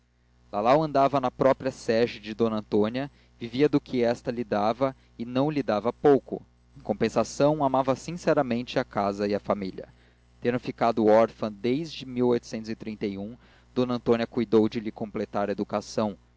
dela lalau andava na própria sege de d antônia vivia do que esta lhe dava e não lhe dava pouco em compensação amava sinceramente a casa e a família tendo ficado órfã desde ntônia cuidou de lhe completar a educação